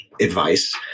advice